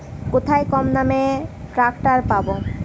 কোথায় কমদামে ট্রাকটার পাব?